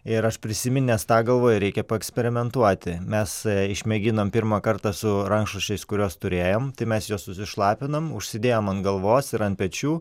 ir aš prisiminęs tą galvoju reikia paeksperimentuoti mes išmėginom pirmą kartą su rankšluosčiais kuriuos turėjom tai mes juos susišlapinom užsidėjom ant galvos ir ant pečių